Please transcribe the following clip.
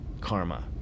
karma